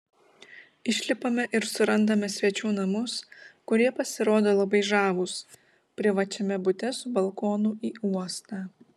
išlipame ir surandame svečių namus kurie pasirodo labai žavūs privačiame bute su balkonu į uostą